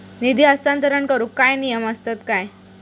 निधी हस्तांतरण करूक काय नियम असतत काय?